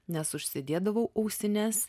nes užsidėdavau ausines